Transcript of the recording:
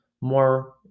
more